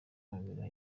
imibereho